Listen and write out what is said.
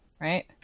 right